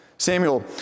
Samuel